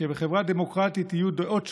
שבחברה דמוקרטית יהיו דעות שונות,